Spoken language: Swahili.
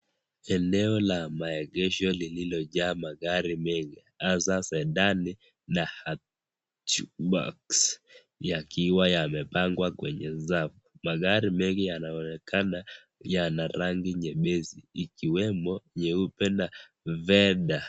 Eneo la maegesho lililojaa magari mengi, hasa sedani na hata yakiwa yamepangwa kwenye safu magari mengi yanaonekana yana rangi nyepesi ikiwemo nyeupe na fedha.